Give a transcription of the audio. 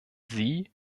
sie